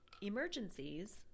emergencies